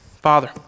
Father